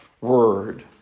Word